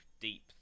deep